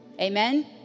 Amen